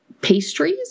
pastries